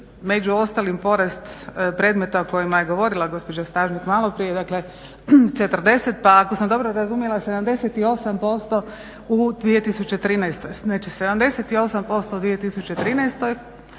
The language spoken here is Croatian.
među ostalim porast predmeta o kojima je govorila gospođa Stažnik maloprije, dakle 40, pa ako sam dobro razumjela 78% u 2013.,